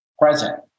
present